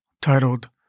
titled